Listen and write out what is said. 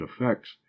effects